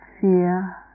fear